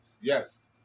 Yes